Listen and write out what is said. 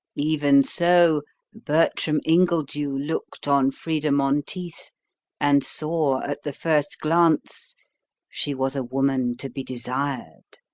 even so bertram ingledew looked on frida monteith, and saw at the first glance she was a woman to be desired,